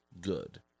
good